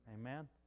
Amen